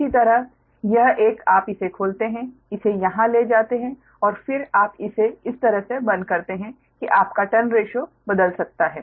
इसी तरह यह एक आप इसे खोलते हैं इसे यहां ले जाते है और फिर आप इसे इस तरह से बंद करते हैं कि आपका टर्न रेशिओ बदल सकता है